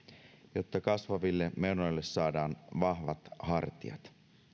jotta kasvaville menoille saadaan vahvat hartiat